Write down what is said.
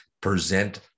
present